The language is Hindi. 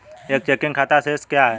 एक चेकिंग खाता शेष क्या है?